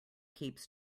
keeps